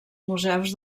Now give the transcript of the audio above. museus